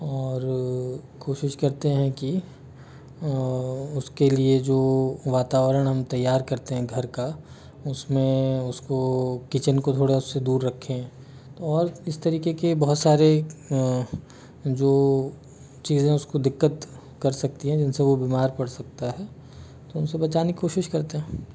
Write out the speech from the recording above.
और कोशिश करते हैं कि उसके लिए जो वातावरण हम तैयार करते हैं घर का उसमें उसको किचन को थोड़ा उससे दूर रखें तो और इस तरीके के बहुत सारे जो चीज़ें उसको दिक्कत कर सकती हैं जिनसे वो बीमार पड़ सकता है तो उनसे बचाने की कोशिश करते हैं